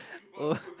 oh